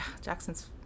Jackson's